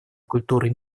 культуры